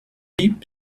cheap